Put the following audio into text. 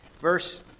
verse